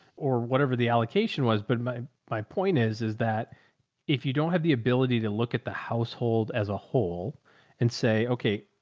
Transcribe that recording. or whatever the allocation was. but my, my point is is that if you don't have the ability to look at the household household as a whole and say, okay,